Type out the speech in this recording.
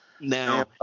Now